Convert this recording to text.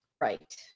right